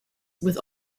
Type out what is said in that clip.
with